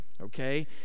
Okay